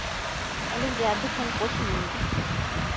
ᱟᱹᱞᱤᱧ ᱡᱤ ᱟᱨ ᱰᱤ ᱠᱷᱚᱱ ᱠᱳᱪ ᱞᱤᱧ ᱢᱮᱱᱮᱜᱼᱟ